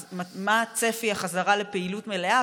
אז מה צפי החזרה לפעילות מלאה,